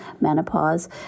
menopause